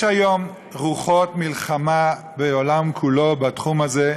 יש היום רוחות מלחמה בעולם כולו בתחום הזה,